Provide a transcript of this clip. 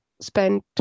spend